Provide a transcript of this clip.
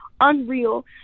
unreal